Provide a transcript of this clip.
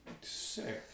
Sick